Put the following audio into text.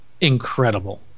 incredible